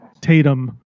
Tatum